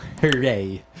hooray